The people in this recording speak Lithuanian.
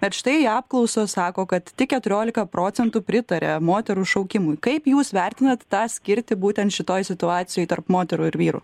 bet štai apklausos sako kad tik keturiolika procentų pritaria moterų šaukimui kaip jūs vertinat tą skirtį būtent šitoj situacijoj tarp moterų ir vyrų